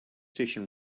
station